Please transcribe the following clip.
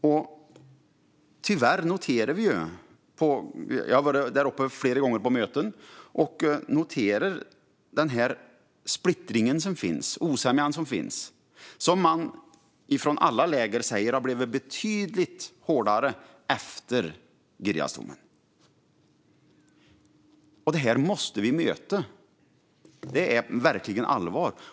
Jag har varit där uppe på möten flera gånger och noterat den splittring och osämja som tyvärr finns och som man i alla läger säger har blivit betydligt hårdare efter Girjasdomen. Det här måste vi möta, för det är verkligen allvarligt.